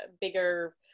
bigger